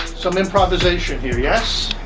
some improvisation here, yes?